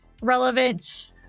relevant